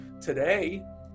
Today